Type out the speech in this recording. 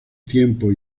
tiempo